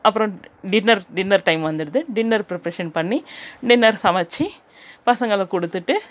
அப்புறோம் dinner dinner time வந்துடுது dinner preparation பண்ணி டின்னர் சமைச்சு பசங்களுக்கு கொடுத்துட்டு